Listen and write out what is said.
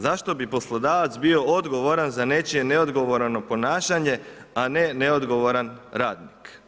Zašto bi poslodavac bio odgovoran za nečije neodgovorno ponašanje, a ne neodgovoran radnik?